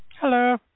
Hello